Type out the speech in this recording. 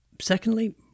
Secondly